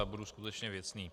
Já budu skutečně věcný.